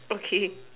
okay